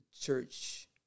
church